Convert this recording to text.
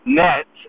net